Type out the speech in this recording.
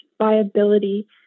viability